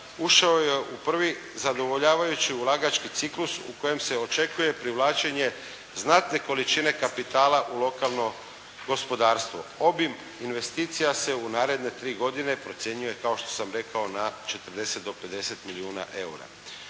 ušao je u prvi zadovoljavajući ciklus u kojem se očekuje privlačenje znatne količine kapitala u lokalno gospodarstvo. Obim investicija se u naredne 3 godine procjenjuje, kao što sam rekao na 40 do 50 milijuna eura.